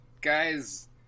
guys